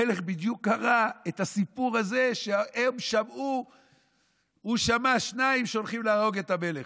המלך בדיוק קרא את הסיפור הזה שהוא שמע שניים שהולכים להרוג את המלך.